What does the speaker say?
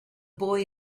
boy